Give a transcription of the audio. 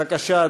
בבקשה,